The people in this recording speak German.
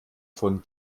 von